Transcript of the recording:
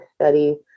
study